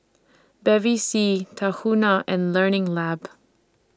Bevy C Tahuna and Learning Lab